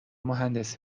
مهندسی